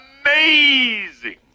Amazing